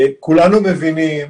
כולנו מבינים,